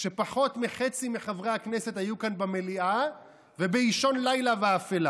כשפחות מחצי מחברי הכנסת היו כאן במליאה ובאישון לילה ואפלה.